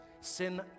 Sin